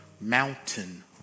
mountain